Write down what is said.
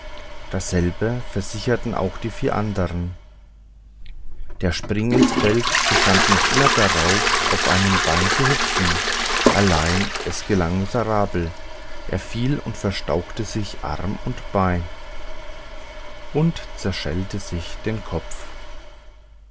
dasselbe versicherten auch die vier andern der springinsfeld bestand noch immer drauf auf einem bein zu hüpfen allein es gelang miserabel er fiel und verstauchte sich arm und beine und zerschellte sich den kopf